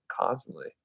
constantly